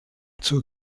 zur